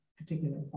particular